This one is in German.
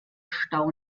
stau